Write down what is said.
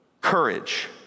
courage